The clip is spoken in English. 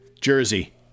Jersey